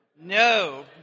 No